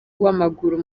w’amaguru